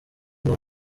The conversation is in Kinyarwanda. nta